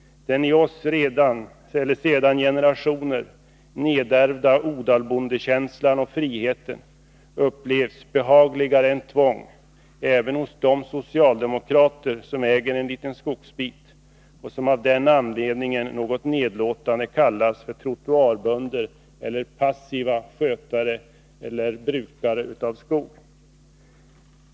Den i oss sedan generationer nedärvda odalbondekänslan och friheten upplevs behagligare än tvång även hos de socialdemokrater som äger en liten skogsbit och som av den anledningen något nedlåtande kallas för trottoarbönder eller passiva skötare eller brukare av skog.